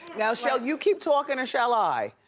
now shall you keep talking or shall i?